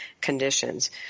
conditions